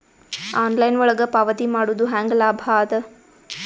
Online ಒಳಗ ಪಾವತಿ ಮಾಡುದು ಹ್ಯಾಂಗ ಲಾಭ ಆದ?